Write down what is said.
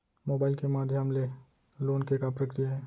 Mobile के माधयम ले लोन के का प्रक्रिया हे?